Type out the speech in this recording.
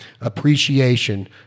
appreciation